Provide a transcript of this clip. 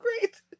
great